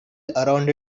around